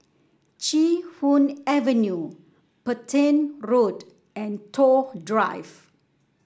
Chee Hoon Avenue Petain Road and Toh Drive